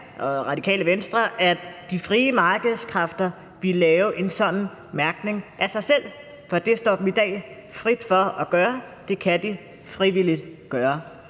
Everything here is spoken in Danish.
og Radikale Venstre, at de frie markedskræfter ville lave en sådan mærkning af sig selv. For det står dem i dag frit for at gøre; det kan de frivilligt gøre.